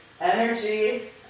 energy